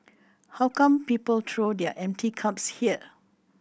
how come people throw their empty cups here